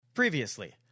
Previously